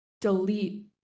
delete